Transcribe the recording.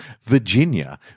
Virginia